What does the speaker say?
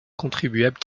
contribuables